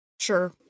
Sure